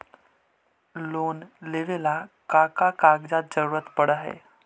Loan लेवेला का का कागजात जरूरत पड़ हइ?